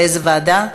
לאיזו ועדה?